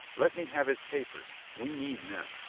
let me have his papers. we need men.